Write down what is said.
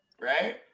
right